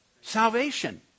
Salvation